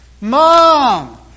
Mom